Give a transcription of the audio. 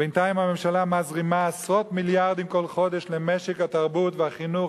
ובינתיים הממשלה מזרימה עשרות מיליארדים כל חודש למשק התרבות והחינוך,